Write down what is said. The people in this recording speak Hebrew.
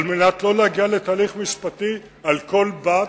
על מנת שלא להגיע לתהליך משפטי על כל בת,